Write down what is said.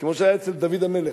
כמו שהיה אצל דוד המלך,